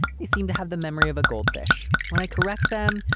they seem to have the memory of a goldfish when i correct them.